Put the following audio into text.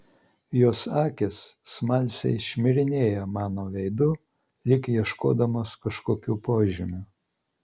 jos akys smalsiai šmirinėja mano veidu lyg ieškodamos kažkokių požymių